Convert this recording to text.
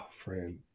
friend